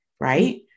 right